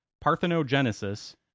Parthenogenesis